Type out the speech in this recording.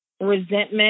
resentment